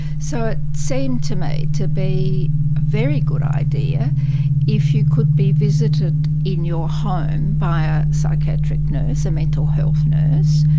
so it seemed to me to be a very good idea if you could be visited in your home by a psychiatric nurse, a mental health nurse,